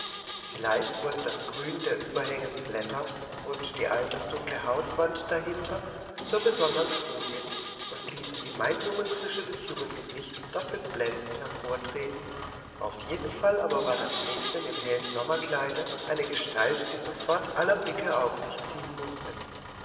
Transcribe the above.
vielleicht wurden das grün der überhängenden blätter und die altersdunkle hauswand dahinter zur besonderen folie und ließen die maiblumenfrische des jungen gesichts doppelt blendend hervortreten auf jeden fall aber war das mädchen im hellen sommerkleide eine gestalt die sofort aller blicke auf sich ziehen mußte